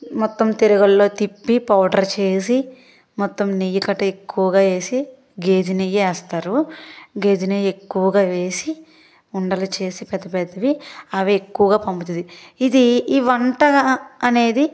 మొత్తం తిరగల్లో తిప్పి పౌడర్ చేసి మొత్తం నెయ్యి గట్ట ఎక్కువగా వేసి గేదె నెయ్యి వేస్తారు గేదె నెయ్యి ఎక్కువగా వేసి ఉండలు చేసి పెద్ద పెద్దవి అవి ఎక్కువగా పంపుతుంది ఇది ఈ వంట అనేది